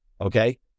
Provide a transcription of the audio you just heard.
Okay